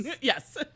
Yes